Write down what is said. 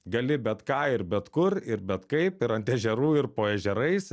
gali bet ką ir bet kur ir bet kaip ir ant ežerų ir po ežerais